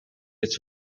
its